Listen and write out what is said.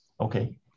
okay